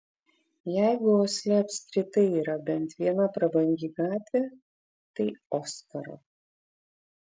jeigu osle apskritai yra bent viena prabangi gatvė tai oskaro